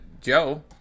Joe